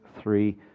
three